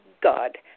God